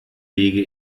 lege